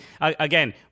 again